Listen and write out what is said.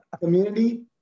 Community